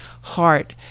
heart